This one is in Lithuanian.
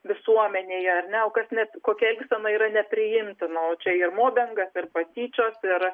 visuomenėje ar ne o kas kokia elgsena yra nepriimtina o čia ir mobingas ir patyčios ir